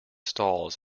stalls